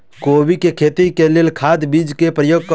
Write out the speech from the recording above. कोबी केँ खेती केँ लेल केँ खाद, बीज केँ प्रयोग करू?